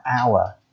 hour